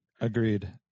Agreed